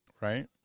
Right